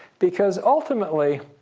because ultimately,